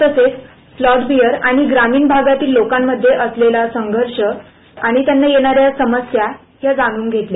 तसेच sloth bear आणि ग्रामीण भागातील लोकांमध्ये असलेला संघर्ष आणि त्यांना येणाऱ्या समस्या जाणून घेतल्या